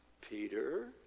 Peter